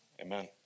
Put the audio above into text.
Amen